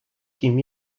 kim